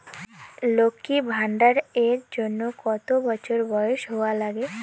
লক্ষী ভান্ডার এর জন্যে কতো বছর বয়স হওয়া লাগে?